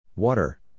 Water